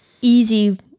easy